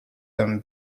them